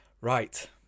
right